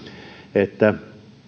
että